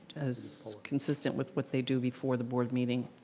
as consistent with what they do before the board meeting.